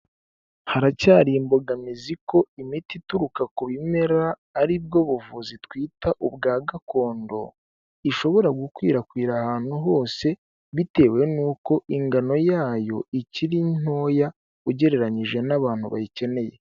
Haracyari imbogamizi ku imiti ituruka ku bimera aribwo buvuzi twita ubwa gakondo ishobora gukwirakwira ahantu hose bitewe nuko ingano yayo ikiri ntoya ugereranyije n'abantu bayikeneye.